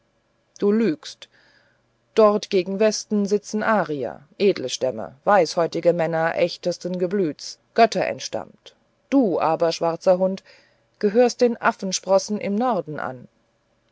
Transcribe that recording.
du lügst dort gegen westen sitzen arier edle stämme weißhäutige männer echtesten geblüts götterentstammt du aber schwarzer hund gehörst den affensprossen im norden an